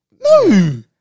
No